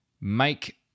make